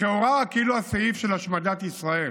לכאורה, כאילו הסעיף של השמדת ישראל.